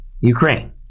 Ukraine